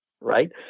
Right